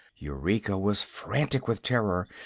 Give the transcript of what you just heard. eureka was frantic with terror,